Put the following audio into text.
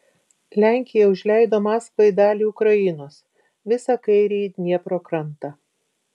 lenkija užleido maskvai dalį ukrainos visą kairįjį dniepro krantą